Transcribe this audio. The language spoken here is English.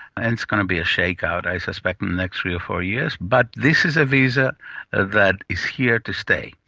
and it's going to be a shakeout i suspect in the next three or four years. but this is a visa that is here to stay.